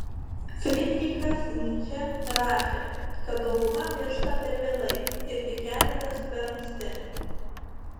frydrichas nyčė rašė kad dauguma miršta per vėlai ir tik keletas per anksti